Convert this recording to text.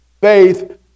faith